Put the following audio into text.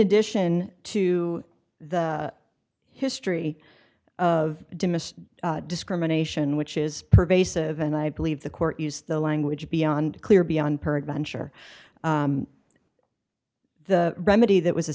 addition to the history of dimmest discrimination which is pervasive and i believe the court used the language beyond clear beyond peradventure the remedy that was